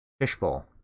fishbowl